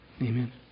Amen